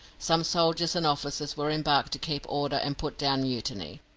some soldiers and officers were embarked to keep order and put down mutiny.